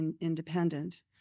independent